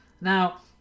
Now